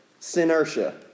sinertia